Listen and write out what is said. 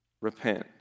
repent